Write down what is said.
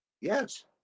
Yes